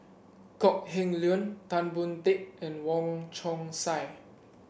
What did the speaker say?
Kok Heng Leun Tan Boon Teik and Wong Chong Sai